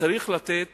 צריך לתת